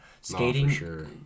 Skating